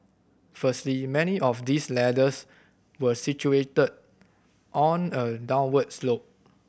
firstly many of these ladders were situated on a downward slope